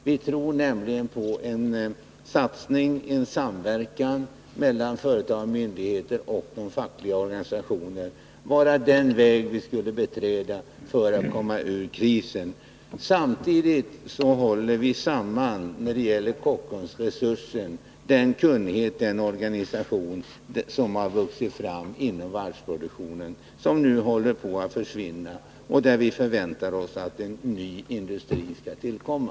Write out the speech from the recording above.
Vi tror nämligen att en samverkan mellan företag och myndigheter och de fackliga organisationerna är den väg man skulle beträda för att komma ur krisen. När det gäller Kockum Resurs håller vi samman den kunnighet och den organisation som har vuxit fram inom varvsproduktionen men som nu håller på att försvinna. Där vi förväntar oss att en ny industri skall tillkomma.